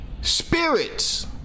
spirits